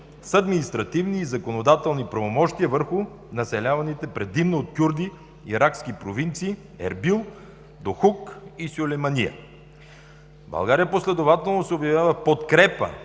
с административни и законодателни правомощия върху населяваните предимно от кюрди иракски провинции Ербил, Дахук и Сюлеймания. България последователно се обявява в подкрепа